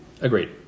Agreed